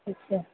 ਅੱਛਾ